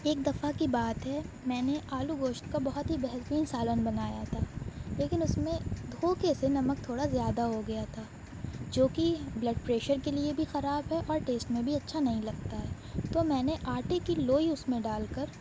ایک دفعہ کی بات ہے میں نے آلو گوشت کا بہت ہی بہترین سالن بنایا تھا لیکن اس میں دھوکے سے نمک تھوڑا زیادہ ہوگیا تھا جوکہ بلڈ پریشر کے لیے بھی خراب ہے اور ٹیسٹ میں بھی اچھا نہیں لگتا ہے تو میں نے آٹے کی لوئی اس میں ڈال کر